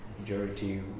majority